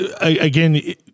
again